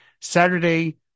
Saturday